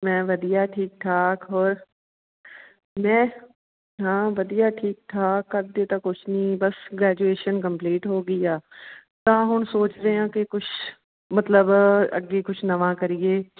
ਮੈਂ ਵਧੀਆ ਠੀਕ ਠਾਕ ਹੋਰ ਮੈਂ ਹਾਂ ਵਧੀਆ ਠੀਕ ਠਾਕ ਕਰਦੇ ਤਾਂ ਕੁਛ ਨਹੀਂ ਬਸ ਗ੍ਰੈਜੂਏਸ਼ਨ ਕੰਪਲੀਟ ਹੋ ਗਈ ਆ ਤਾਂ ਹੁਣ ਸੋਚਦੇ ਹਾਂ ਕਿ ਕੁਛ ਮਤਲਬ ਅੱਗੇ ਕੁਛ ਨਵਾਂ ਕਰੀਏ